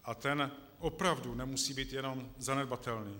A ten opravdu nemusí být jenom zanedbatelný.